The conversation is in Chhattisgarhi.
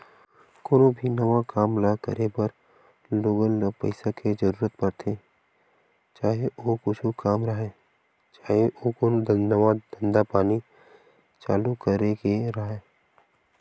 कोनो भी नवा काम ल करे बर लोगन ल पइसा के जरुरत पड़थे, चाहे ओ कुछु काम राहय, चाहे ओ कोनो नवा धंधा पानी चालू करे के राहय